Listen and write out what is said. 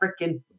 freaking